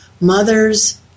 Mothers